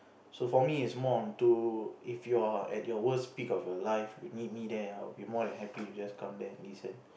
so for me is more onto if you're at your worst peak of your life you need me there I'll be more than happy to just come there and listen